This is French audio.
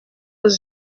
aux